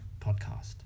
podcast